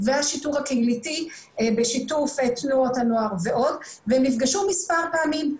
השיטור הקהילתי בשיתוף תנועות הנוער ועוד והם נפגשו מספר פעמים.